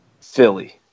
Philly